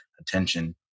attention